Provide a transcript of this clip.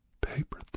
paper